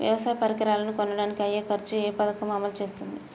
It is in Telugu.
వ్యవసాయ పరికరాలను కొనడానికి అయ్యే ఖర్చు ఏ పదకము అమలు చేస్తుంది?